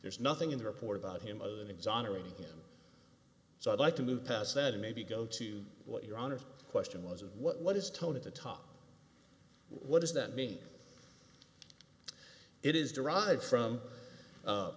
there's nothing in the report about him other than exonerated him so i'd like to move past that and maybe go to what your honor question was and what is tone at the top what does that mean it is derived from